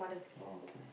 oh okay